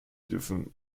dürfen